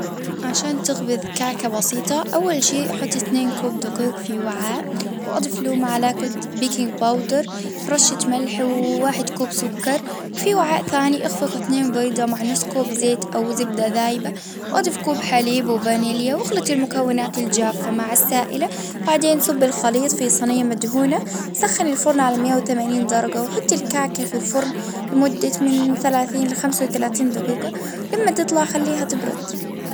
عشان تخبز كعكة بسيطة، أول شيء حطي إثنين كوب دقيق في وعاء، وأضيف له معلقة بيكنج بودر، رشة ملح، وواحد كوب سكر، وفي وعاء ثاني إخلط إثنين بيضة مع نصف كوب زيت أو زبدة ذايبة، وأضيف كوب حليب وفانيليا، وإخلطي المكونات الجافة مع السائلة، وبعدين نصب الخليط في صينية مدهونة، نسخن الفرن على مئة وثمانين درجة ،وحطي الكعكة في الفرن لمدة من ثلاثين لخمسة وتلاتين دقيقة، لما تطلع خليها تبرد.